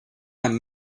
i’m